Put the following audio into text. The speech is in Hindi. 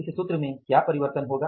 इस सूत्र में क्या परिवर्तन होगा